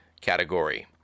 category